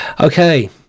Okay